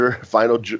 final